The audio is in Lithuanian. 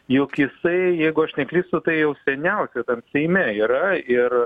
jog jisai jeigu aš neklystu tai jau seniausia seime yra ir